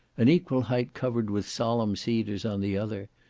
an equal height covered with solemn cedars on the other,